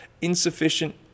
insufficient